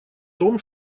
том